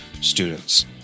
students